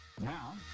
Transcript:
now